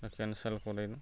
cancel କରିଦଉନ୍